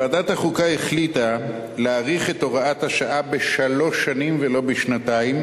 ועדת החוקה החליטה להאריך את הוראת השעה בשלוש שנים ולא בשנתיים,